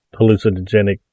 hallucinogenic